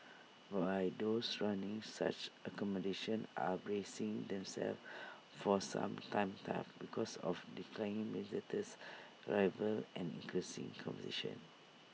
but I those running such accommodation are bracing themselves for some tough times because of declining visitors arrivals and increasing competition